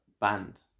Band